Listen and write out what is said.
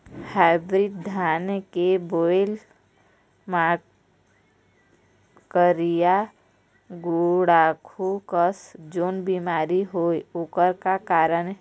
Hybrid धान के बायेल मां करिया गुड़ाखू कस जोन बीमारी होएल ओकर का कारण हे?